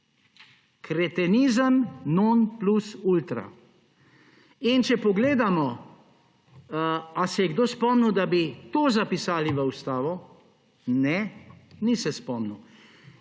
Kretenizem non plus ultra! Če pogledamo, ali se je kdo spomnil, da bi to zapisali v ustavo? Ne, ni se spomnil.